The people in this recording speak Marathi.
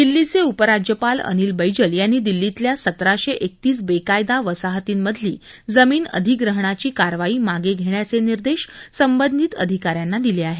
दिल्लीचे उपराज्यपाल अनिल बैजल यांनी दिल्लीतल्या सतराशे एकतीस बेकायदा वसाहतीं मधली जमिन अधिग्रहणाची कारवाई मागे घेण्याचे निर्देश संबंधित अधिका यांना दिले आहेत